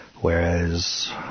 whereas